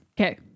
Okay